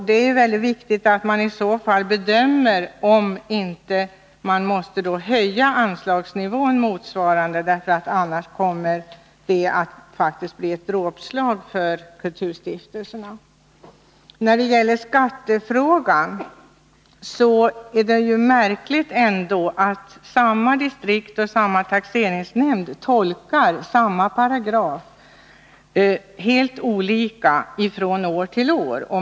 Det är mycket viktigt att man i så fall bedömer om man inte måste höja anslagsnivån i motsvarande grad, därför att annars blir det ett dråpslag mot kulturstiftelserna. När det gäller skattefrågan så är det märkligt att samma distrikt och samma taxeringsnämnd tolkar samma paragraf helt olika från år till år.